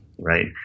Right